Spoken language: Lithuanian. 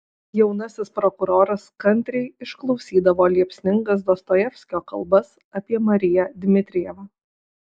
jaunasis prokuroras kantriai išklausydavo liepsningas dostojevskio kalbas apie mariją dmitrijevą